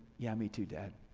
yeah, me too dad,